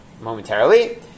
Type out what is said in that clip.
momentarily